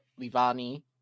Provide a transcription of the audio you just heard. Livani